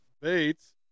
Bates